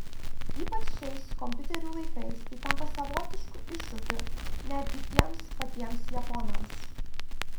ypač šiais kompiuterių laikais tai tampa savotišku iššūkiu netgi tiems patiems japonams